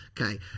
Okay